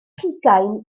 hugain